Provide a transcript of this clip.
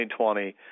2020